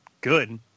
good